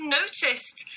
noticed